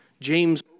James